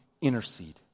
intercede